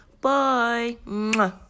Bye